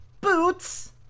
Boots